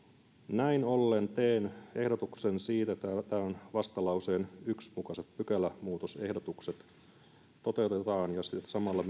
näin ollen teen ehdotuksen siitä että vastalauseen yksi mukaiset pykälämuutosehdotukset toteutetaan ja samalla